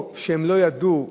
או שהם לא ידעו,